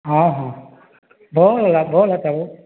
ହଁ ହଁ ଭଲ୍ ହେଲା ଭଲ୍ ହେତା ବୋ